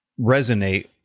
resonate